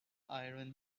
iron